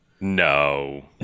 no